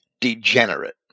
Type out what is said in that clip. degenerate